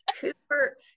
Cooper